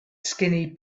skinny